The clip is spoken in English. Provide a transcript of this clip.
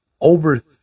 Over